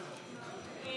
3,